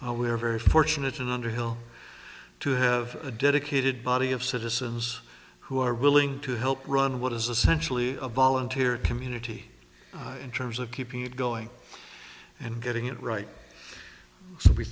how we're very fortunate in underhill to have a dedicated body of citizens who are willing to help run what is essentially a volunteer community in terms of keeping it going and getting it right